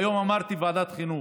והיום אמרתי בוועדת החינוך: